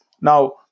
Now